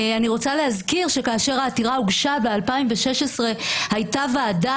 אני רוצה להזכיר שכאשר העתירה הוגשה ב-2016 הייתה ועדה